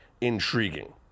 intriguing